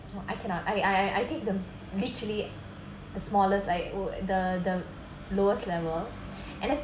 no I cannot I I take them literally the smallest like oh the the lowest level and that's